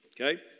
okay